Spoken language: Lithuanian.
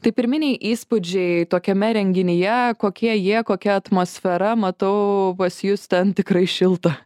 tai pirminiai įspūdžiai tokiame renginyje kokie jie kokia atmosfera matau pas jus ten tikrai šilta